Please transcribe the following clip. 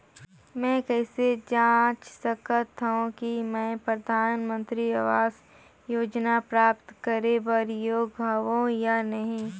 मैं कइसे जांच सकथव कि मैं परधानमंतरी आवास योजना प्राप्त करे बर योग्य हववं या नहीं?